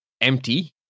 empty